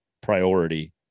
priority